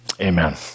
Amen